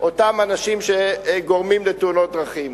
אותם אנשים שגורמים לתאונות דרכים.